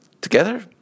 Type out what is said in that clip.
together